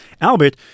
Albert